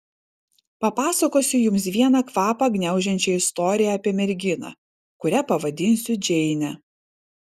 papasakosiu jums vieną kvapą gniaužiančią istoriją apie merginą kurią pavadinsiu džeine